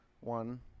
One